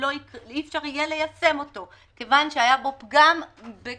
אי אפשר יהיה ליישם אותו כיוון שהיה בו פגם בכך